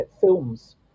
films